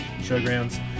Showgrounds